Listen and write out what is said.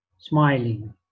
smiling